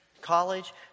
college